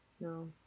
no